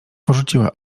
porzuciła